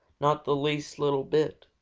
not the least little bit.